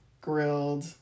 grilled